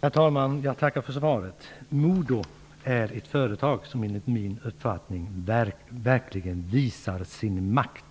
Herr talman! Jag tackar för svaret. Modo är ett företag som enligt min uppfattning verkligen visar sin makt.